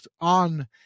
on